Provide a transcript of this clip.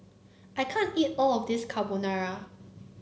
I can't eat all of this Carbonara